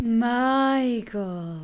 Michael